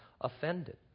offended